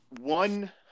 one